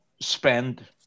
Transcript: spend